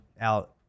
out